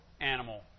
animal